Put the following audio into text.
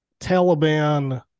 Taliban